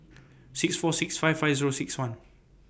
six four six five five Zero six one